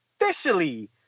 officially